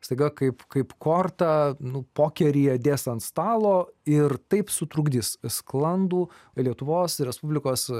staiga kaip kaip kortą pokeryje dės ant stalo ir taip sutrukdys sklandų lietuvos respublikos